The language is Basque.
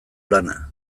lana